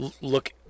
look